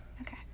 Okay